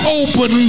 open